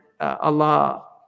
Allah